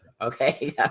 Okay